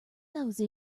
those